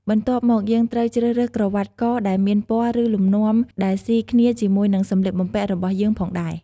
បន្ទាប់មកយើងត្រូវជ្រើសរើសក្រវ៉ាត់កដែលមានពណ៌ ឬលំនាំដែលស៊ីគ្នាជាមួយនិងសម្លៀកបំពាក់របស់យើងផងដែរ។